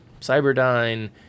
Cyberdyne